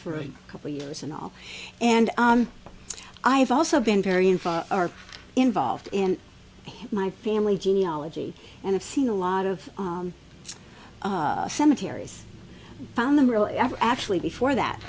for a couple years and all and i have also been very involved are involved in my family genealogy and i've seen a lot of cemeteries found the real actually before that